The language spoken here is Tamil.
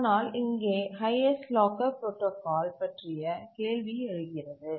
ஆனால் இங்கே ஹைஎஸ்ட் லாக்கர் புரோடாகால் பற்றிய கேள்வி எழுகிறது